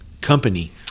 company